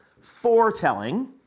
foretelling